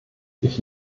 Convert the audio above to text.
ich